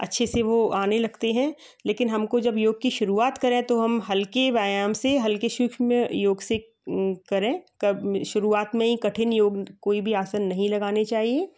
अच्छे से वो आने लगते हैं लेकिन हमको जब योग की शुरुआत करें तो हम हल्के व्यायाम से हल्के में योग सीख करे कब शुरुआत में ही कठिन योग कोई भी आसान नहीं लगाने चाहिए